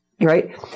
Right